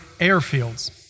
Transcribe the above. airfields